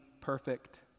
perfect